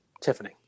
Tiffany